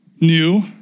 New